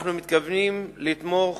אנחנו מתכוונים לתמוך